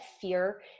fear